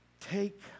take